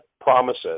promises